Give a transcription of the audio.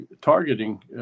targeting